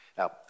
Now